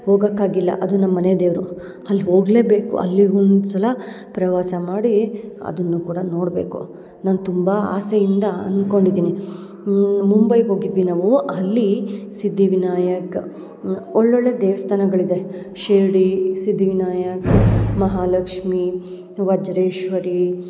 ಹೋಗಕ್ಕೆ ಆಗಿಲ್ಲ ಅದು ನಮ್ಮ ಮನೆ ದೇವರು ಅಲ್ಲಿ ಹೋಗಲೇ ಬೇಕು ಅಲ್ಲಿಗೆ ಒಂದ್ಸಲ ಪ್ರವಾಸ ಮಾಡಿ ಅದನ್ನು ಕೂಡ ನೋಡಬೇಕು ನಂಗೆ ತುಂಬ ಆಸೆಯಿಂದ ಅನ್ಕೊಂಡು ಇದ್ದೀನಿ ಮುಂಬೈಗೆ ಹೋಗಿದ್ವಿ ನಾವು ಅಲ್ಲಿ ಸಿದ್ಧಿ ವಿನಾಯಕ ಒಳ್ಳೊಳ್ಳೆಯ ದೇವ್ಸ್ಥಾನಗಳು ಇದೆ ಶಿರಡಿ ಸಿದ್ಧಿವಿನಾಯಕ ಮಹಾಲಕ್ಷ್ಮಿ ವಜ್ರೇಶ್ವರಿ